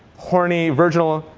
horny, virginal,